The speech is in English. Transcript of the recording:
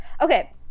Okay